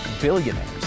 billionaires